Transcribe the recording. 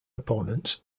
opponents